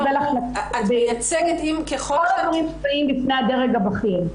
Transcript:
ככל שאת מייצגת -- כל הדברים נמצאים בפני הדרג הבכיר.